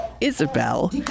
Isabel